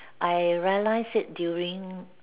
I realise it during